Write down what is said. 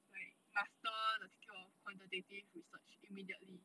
like master the skill of quantitative research immediately